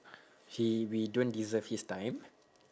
he we don't deserve his time